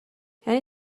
یعنی